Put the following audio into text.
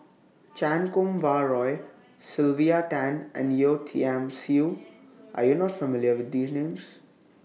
Chan Kum Wah Roy Sylvia Tan and Yeo Tiam Siew Are YOU not familiar with These Names